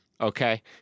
okay